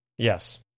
Yes